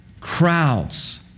crowds